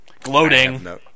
Gloating